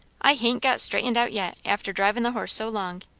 i hain't got straightened out yet, after drivin' the horse so long.